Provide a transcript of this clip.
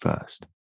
first